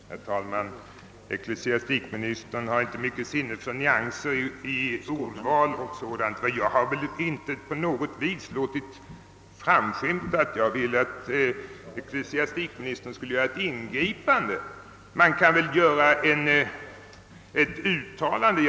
Herr talman! Ecklesiastikministern har inte mycket sinne för nyanser i ordval. Jag har väl inte på något sätt låtit framskymta en önskan om att ecklesiastikministern skulle företa något ingripande. Man kan väl göra ett uttalande.